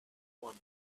one